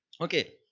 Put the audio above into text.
okay